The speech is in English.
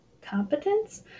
competence